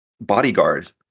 bodyguard